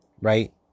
right